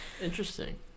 Interesting